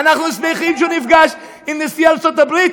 ואנחנו שמחים שהוא נפגש עם נשיא ארצות-הברית.